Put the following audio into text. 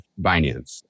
Binance